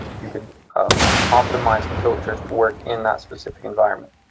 you could um optimize the filters to work in that specific environment.